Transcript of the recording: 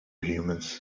humans